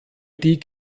die